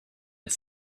its